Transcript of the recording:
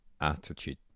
attitude